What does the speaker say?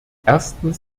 erstens